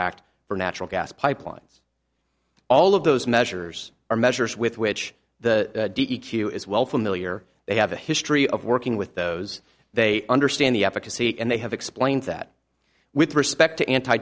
for natural gas pipelines all of those measures are measures with which the d e q is well familiar they have a history of working with those they understand the efficacy and they have explained that with respect to anti